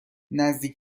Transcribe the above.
نزدیک